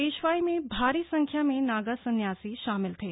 पेशवाई में भारी संख्या में नागा संन्यासी शामिल थे